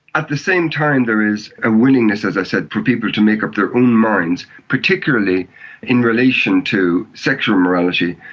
at the same time there is a willingness, as i said, for people to make up their own minds, particularly in relation to sexual morality,